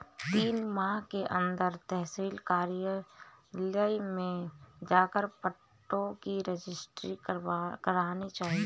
तीन माह के अंदर तहसील कार्यालय में जाकर पट्टों की रजिस्ट्री करानी चाहिए